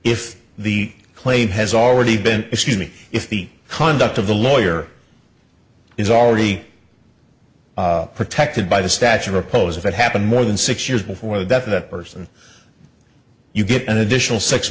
if the claim has already been it's unique if the conduct of the lawyer is already protected by the stature of pows if it happened more than six years before the death of the person you get an additional six